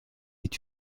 est